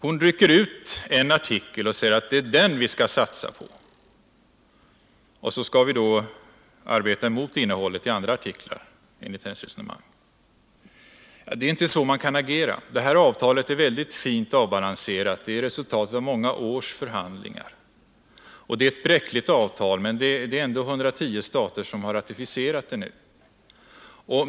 Hon rycker ut en artikel och säger att det är den vi skall satsa på. Innehållet i andra artiklar skall vi, enligt hennes resonemang, arbeta emot. Så kan man inte agera. Det här avtalet är mycket fint avbalanserat. Det är resultatet av många års förhandlingar. Det är ett bräckligt avtal, men det är ändå 110 stater som nu har ratificerat det.